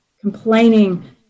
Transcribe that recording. complaining